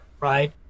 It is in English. right